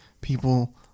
people